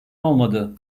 olmadı